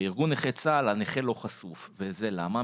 בארגון נכי צה"ל, הנכה לא חשוף וזה למה?